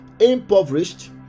impoverished